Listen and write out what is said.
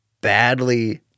badly